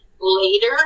later